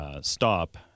stop